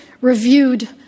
reviewed